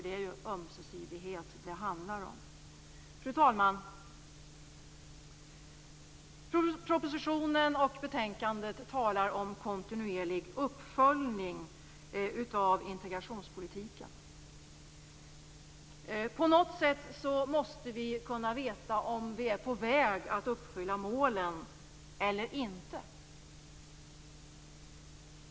Det är ömsesidighet det handlar om. Fru talman! Propositionen och betänkandet talar om kontinuerlig uppföljning av integrationspolitiken. På något sätt måste vi kunna veta om vi är på väg att uppfylla målen eller inte.